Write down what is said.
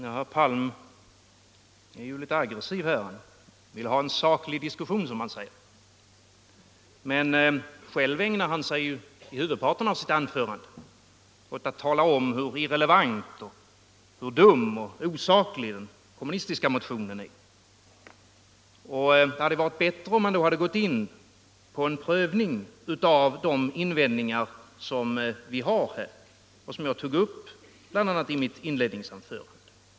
Herr talman! Herr Palm är litet aggressiv. Han säger sig vilja ha en saklig diskussion, men själv ägnar han huvudparten av sitt anförande åt att tala om hur irrelevant, dum och osaklig den kommunistiska motionen är. Det hade varit bättre om han hade gått in på en prövning av de invändningar vi har och som jag tog upp i mitt inledningsanförande.